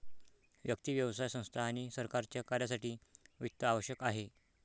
व्यक्ती, व्यवसाय संस्था आणि सरकारच्या कार्यासाठी वित्त आवश्यक आहे